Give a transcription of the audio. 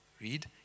Read